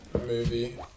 movie